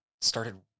started